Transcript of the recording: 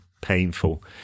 painful